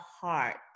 heart